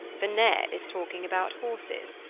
for ned is talking about horses,